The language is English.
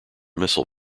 missile